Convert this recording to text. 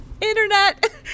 internet